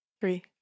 Three